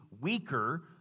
weaker